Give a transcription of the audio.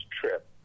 trip